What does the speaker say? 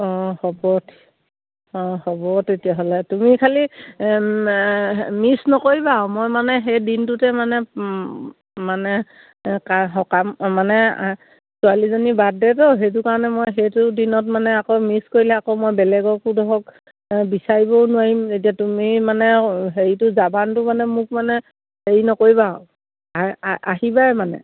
অঁ হ'ব অঁ হ'ব তেতিয়াহ'লে তুমি খালি মিছ নকৰিবা মই মানে সেই দিনটোতে মানে মানে সকাম মানে ছোৱালীজনী বাৰ্থডেতো সেইটো কাৰণে মই সেইটো দিনত মানে আকৌ মিছ কৰিলে আকৌ মই বেলেগকো ধৰক বিচাৰিবও নোৱাৰিম এতিয়া তুমি মানে হেৰিটো জাবানটো মানে মোক মানে হেৰি নকৰিবা আহিবাই মানে